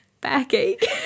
backache